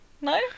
no